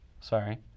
sorry